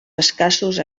escassos